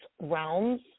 realms